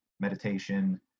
Meditation